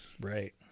Right